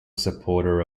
supporter